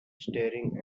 staring